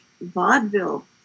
vaudeville